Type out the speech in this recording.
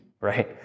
right